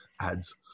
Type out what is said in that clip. ads